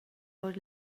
ord